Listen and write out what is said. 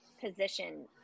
position